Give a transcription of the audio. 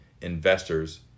investors